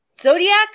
Zodiac